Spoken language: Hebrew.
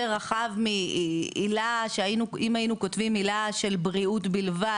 רחב מעילה שאם היינו כותבים עילה של בריאות בלבד,